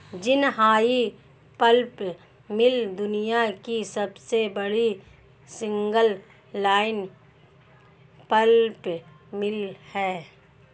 Jinhai pulp mill दुनिया की सबसे बड़ी सिंगल लाइन पल्प मिल है